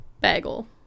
bagel